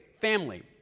family